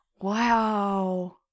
Wow